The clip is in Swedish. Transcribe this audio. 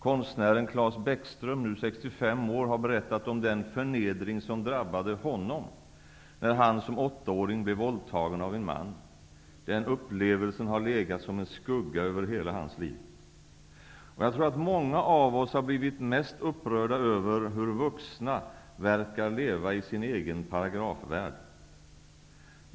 Konstnären Claes Bäckström, nu 65 år, har berättat om den förnedring som drabbade honom, när han såsom 8-åring blev våldtagen av en man. Den upplevelsen har legat som en skugga över hela hans liv. Jag tror att många av oss har blivit mest upprörda över hur vuxna verkar leva i sin egen paragrafvärld.